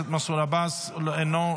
חבר כנסת מנסור עבאס, איננו,